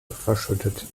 verschüttet